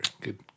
good